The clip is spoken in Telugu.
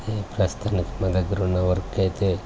అదే ప్రస్తుతానికి మా దగ్గర ఉన్న వర్క్ అయితే